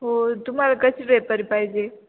हो तुम्हाला कशी ड्रेपरी पाहिजे